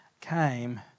came